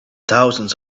thousands